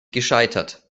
gescheitert